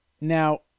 Now